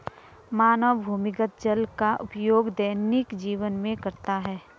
मानव भूमिगत जल का उपयोग दैनिक जीवन में करता है